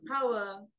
power